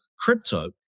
crypto